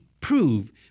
prove